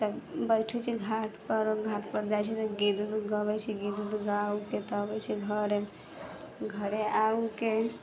तब बैठे छै घाट पर घाट पर जाइत छै तऽ गीत उत गबैत छै गीत उत गा ओके तब अबैत छै घरे घरे आ ओके